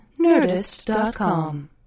Nerdist.com